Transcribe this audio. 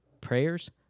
Prayers